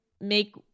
make